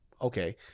okay